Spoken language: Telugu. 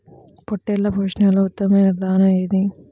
పొట్టెళ్ల పోషణలో ఉత్తమమైన దాణా ఏది?